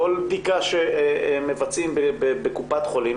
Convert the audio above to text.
כל בדיקה שמבצעים בקופת חולים,